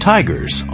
Tigers